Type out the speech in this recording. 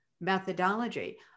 methodology